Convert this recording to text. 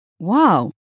wow